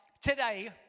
today